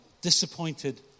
disappointed